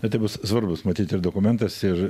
na tai bus svarbus matyt ir dokumentas ir